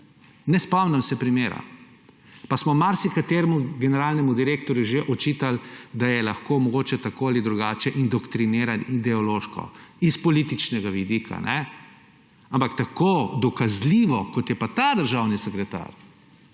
Ne spomnim se primera, pa smo marsikateremu generalnemu direktorju že očitali, da je lahko mogoče tako ali drugače indoktriniran, ideološko, z političnega vidika. Ampak tako dokazljivo, kot je pa ta državni sekretar,